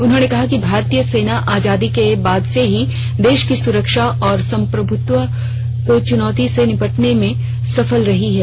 उन्होंने कहा कि भारतीय सेना आजादी के बाद से ही देश की सुरक्षा और सम्प्रभुता की चुनौतियों से निपटने में सफल रही है